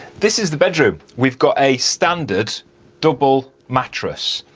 this is the bedroom, we've got a standard double mattress,